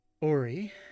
Ori